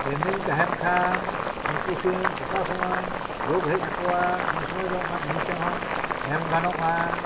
training ᱛᱟᱦᱮᱱ ᱠᱷᱟᱱ ᱩᱱᱠᱩ ᱥᱤᱢ ᱚᱠᱟ ᱥᱩᱢᱟᱹᱭ ᱨᱳᱜᱽ ᱦᱮᱡ ᱟᱠᱚᱣᱟ ᱩᱱᱥᱩᱢᱟᱹᱭ ᱫᱚ ᱚᱱᱟ ᱤᱧᱡᱤᱠᱥᱮᱱ ᱦᱚᱸ ᱮᱢ ᱜᱟᱱᱚᱜᱼᱟ